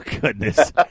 Goodness